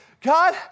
God